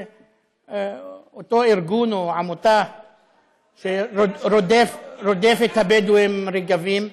אותו ארגון או עמותה שרודפת את הבדואים, רגבים,